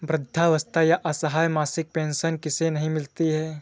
वृद्धावस्था या असहाय मासिक पेंशन किसे नहीं मिलती है?